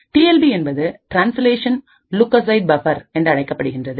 டிஎல்பி என்பது translation lookaside buffer என்றழைக்கப்படுகின்றது